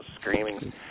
screaming